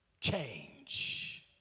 Change